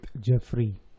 Jeffrey